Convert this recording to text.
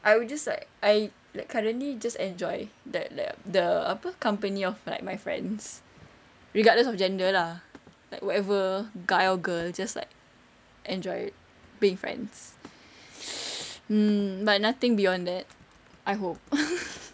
I would just like I like currently just enjoy that like the apa company of like my friends regardless of gender lah like whatever guy or girl just like enjoy it being friends mm but nothing beyond that I hope